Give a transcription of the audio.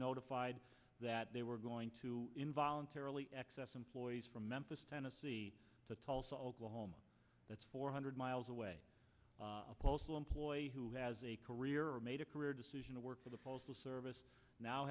notified that they were going to in voluntarily excess employees from memphis tennessee to tulsa oklahoma that's four hundred miles away a postal employee who has a career or made a career decision to work for the postal service now